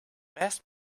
best